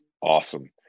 Awesome